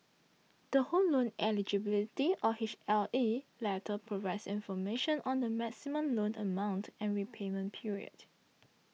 the Home Loan Eligibility or H L E letter provides information on the maximum loan amount and repayment period